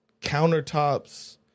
countertops